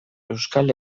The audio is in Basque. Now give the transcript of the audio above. euskal